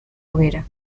hoguera